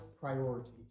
priorities